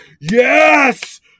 Yes